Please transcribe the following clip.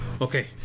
Okay